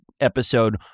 episode